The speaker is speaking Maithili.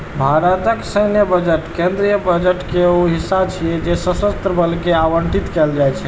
भारतक सैन्य बजट केंद्रीय बजट के ऊ हिस्सा छियै जे सशस्त्र बल कें आवंटित कैल जाइ छै